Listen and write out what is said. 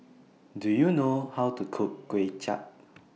Do YOU know How to Cook Kuay Chap